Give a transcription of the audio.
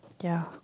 ya